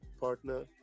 partner